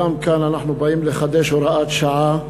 גם כאן אנחנו באים לחדש הוראת שעה,